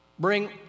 Bring